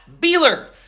Beeler